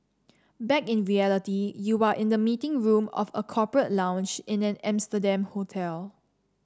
back in reality you are in the meeting room of a corporate lounge in an Amsterdam hotel